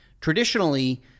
Traditionally